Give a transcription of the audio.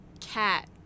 cat